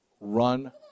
run